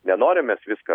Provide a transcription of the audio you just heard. nenorim mes viską